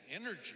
energy